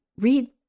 Read